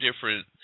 different